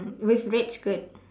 with red skirt